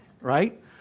right